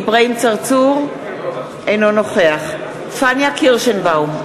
אינו נוכח פניה קירשנבאום,